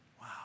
Wow